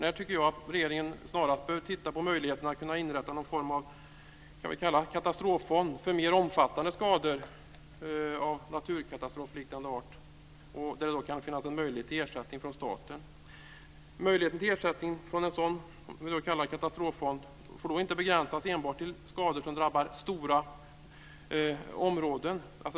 Här tycker jag att regeringen snarast bör titta på möjligheterna att inrätta någon form av katastroffond för mer omfattande skador av naturkatastrofliknande art, där det kan finnas en möjlighet till ersättning från staten. Möjligheten till ersättning från en sådan katastroffond får inte begränsas enbart till skador som drabbar stora områden.